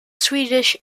swedish